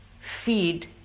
Feed